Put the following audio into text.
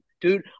dude